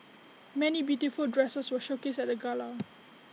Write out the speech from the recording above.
many beautiful dresses were showcased at the gala